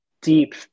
deep